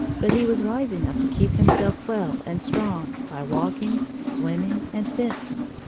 but he was wise enough to keep himself well and strong by walking, swimming, and fencing.